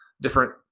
different